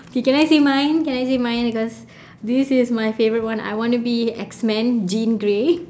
okay can I say mine can I say mine because this is my favourite one I want to be X man jean grey